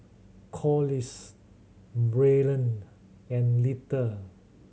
Collis Braylen and Littie